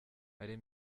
ari